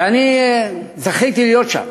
ואני זכיתי להיות שם.